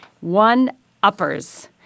one-uppers